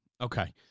Okay